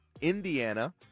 Indiana